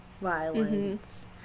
violence